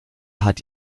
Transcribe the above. hat